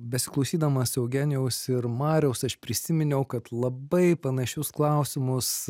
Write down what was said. besiklausydamas eugenijaus ir mariaus aš prisiminiau kad labai panašius klausimus